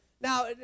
now